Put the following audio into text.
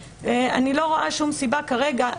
ואני לא רואה שום סיבה כרגע,